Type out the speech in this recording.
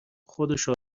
خودشو